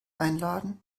einladen